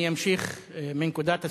אני אמשיך מנקודת הסיום.